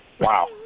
Wow